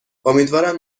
امیدوارم